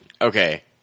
okay